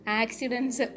accidents